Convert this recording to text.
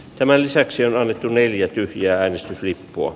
tämän lisäksi on annettu neljä tyhjää äänestyslippua